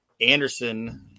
Anderson